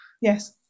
yes